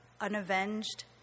unavenged